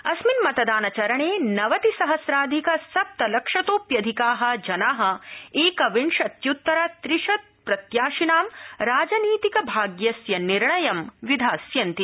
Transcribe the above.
अस्मिन् मतदान चरणे नवति सहम्राधिक सप्त लक्षतोप्यधिका जना एकविंशति उत्तर त्रिशत् प्रत्याशिनां राजनीतिक भागयस्य निर्णयं विधास्यन्ति